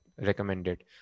recommended